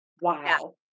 Wow